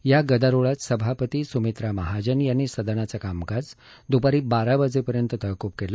या गदारोळात सभापती सुमित्रा महाजन यांनी सदनाचं कामकाज दुपारी बारा वाजेपर्यंत तहकूब केलं